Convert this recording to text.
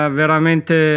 veramente